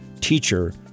teacher